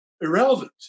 irrelevant